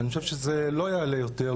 אני חושב שזה לא יעלה יותר,